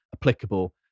applicable